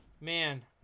Man